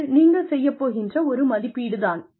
இது நீங்கள் செய்யப் போகின்ற ஒரு மதிப்பீடு தான்